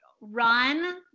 run